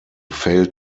failed